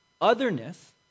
otherness